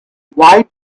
why